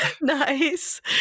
Nice